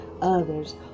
others